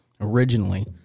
originally